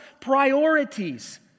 priorities